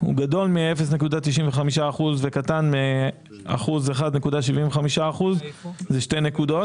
וגדול מ-0.95% וקטן מ-1.75%, זה שתי נקודות.